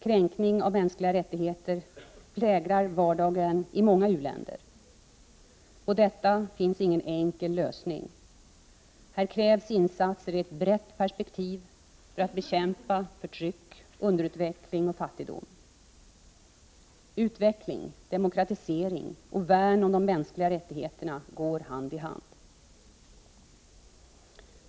Kränkning av mänskliga rättigheter präglar vardagen i många u-länder. På detta finns ingen enkel lösning. Här krävs insatser i ett brett perspektiv för att bekämpa förtryck, underutveckling och fattigdom. Utveckling, demokratisering och värn av mänskliga rättigheter går hand i hand.